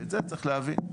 את זה צריך להבין.